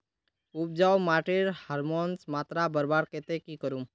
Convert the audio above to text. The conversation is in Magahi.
उपजाऊ माटिर ह्यूमस मात्रा बढ़वार केते की करूम?